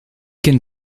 can